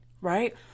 Right